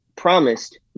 promised